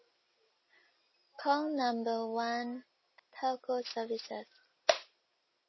call number one telco services